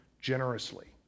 generously